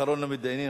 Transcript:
אחרון המתדיינים,